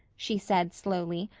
she said slowly.